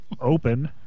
Open